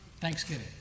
Thanksgiving